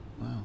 Wow